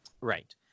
Right